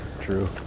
True